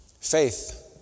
faith